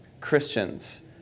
Christians